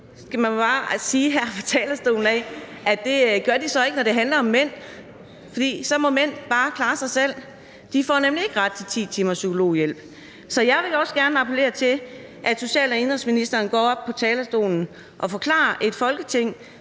hver dag råber på ligestilling, ikke gør det, når det handler om mænd. Mændene må bare klare sig selv, for de får nemlig ikke ret til 10 timers psykologhjælp. Jeg vil også gerne appellere til, at social- og indenrigsministeren går op på talerstolen og forklarer Folketinget,